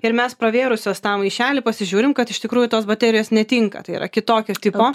ir mes pravėrusios tą maišelį pasižiūrim kad iš tikrųjų tos baterijos netinka tai yra kitokio tipo